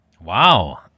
Wow